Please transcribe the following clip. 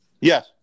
Yes